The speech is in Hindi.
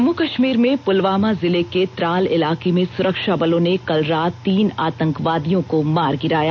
जम्मू कश्मीर में पुलवामा जिले के त्राल इलाके में सुरक्षाबलों ने कल रात तीन आतंकवादियों को मार गिराया